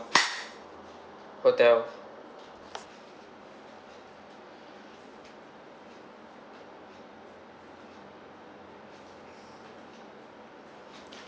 hotel